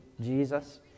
jesus